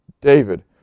David